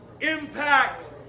impact